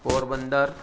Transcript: Porbandar